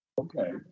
Okay